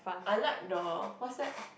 I like the what's that